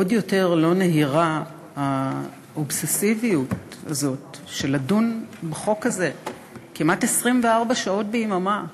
עוד יותר לא נהירה האובססיביות הזאת לדון בחוק הזה כמעט 24 שעות ביממה,